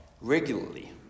regularly